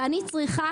ואני צריכה לייבא.